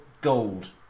Gold